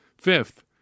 Fifth